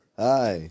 hi